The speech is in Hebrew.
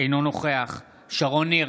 אינו נוכח שרון ניר,